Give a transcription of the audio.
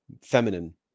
feminine